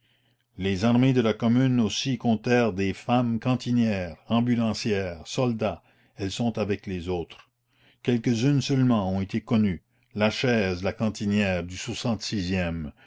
les armées de la commune aussi comptèrent des femmes cantinières ambulancières soldats elles sont avec les autres quelques-unes seulement ont été connues lachaise la cantinière du